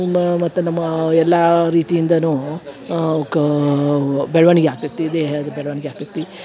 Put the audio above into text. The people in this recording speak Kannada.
ಮ ಮತ್ತು ನಮ್ಮ ಎಲ್ಲ ರೀತಿಯಿಂದನೂ ಕಾ ಬೆಳ್ವಣಿಗೆ ಆಗ್ತೈತಿ ದೇಹದ ಬೆಳ್ವಣಿಗೆ ಆಗ್ತೈತಿ